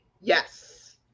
Yes